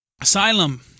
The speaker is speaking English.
Asylum